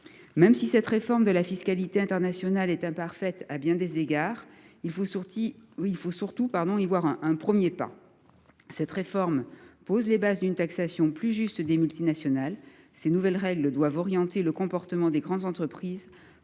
Même si cette réforme de la fiscalité internationale est imparfaite à bien des égards, elle constitue un premier pas et pose les bases d’une taxation plus juste des multinationales. Ces nouvelles règles doivent orienter le comportement des grandes entreprises